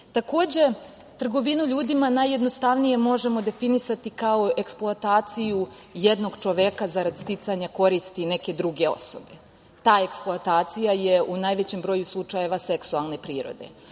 trgovinu ljudima najjednostavnije možemo definisati kao eksploataciju jednog čoveka zarad sticanja koristi neke druge osobe. Ta eksploatacija je u najvećem broju slučajeva seksualne prirode,